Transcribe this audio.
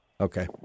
Okay